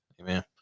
Amen